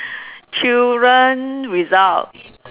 children result